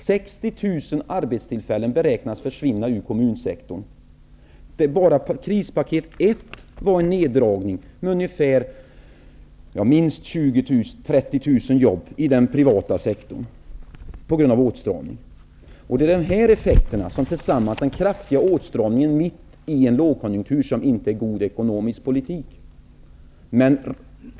60 000 arbetstillfällen beräknas försvinna ur kommunsektorn. Bara krispaket ett var en neddragning med minst 30 000 jobb i den privata sektorn, på grund av åtstramning. Det är de här effekterna som tillsammans med den kraftiga åtstramningen mitt i en lågkonjunktur inte är god ekonomisk politik.